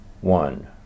One